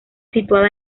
situada